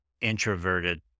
introverted